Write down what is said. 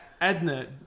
Edna